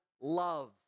love